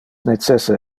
necesse